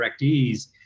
directees